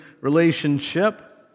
relationship